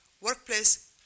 workplace